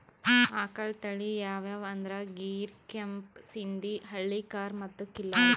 ಆಕಳ್ ತಳಿ ಯಾವ್ಯಾವ್ ಅಂದ್ರ ಗೀರ್, ಕೆಂಪ್ ಸಿಂಧಿ, ಹಳ್ಳಿಕಾರ್ ಮತ್ತ್ ಖಿಲ್ಲಾರಿ